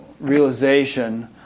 realization